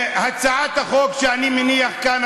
הצעת החוק שאני מניח כאן,